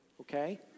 Okay